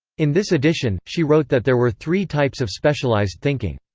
in this edition, she wrote that there were three types of specialized thinking.